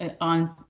on